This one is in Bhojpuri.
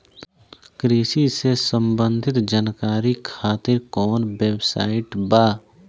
कृषि से संबंधित जानकारी खातिर कवन वेबसाइट बा?